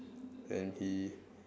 and he